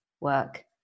work